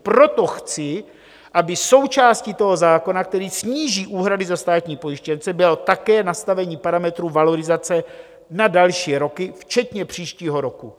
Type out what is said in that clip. Proto chci, aby součástí toho zákona, který sníží úhrady za státní pojištěnce, bylo také nastavení parametrů valorizace na další roky včetně příštího roku.